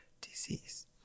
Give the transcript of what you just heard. disease